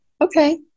Okay